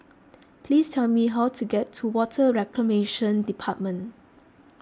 please tell me how to get to Water Reclamation Department